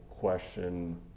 Question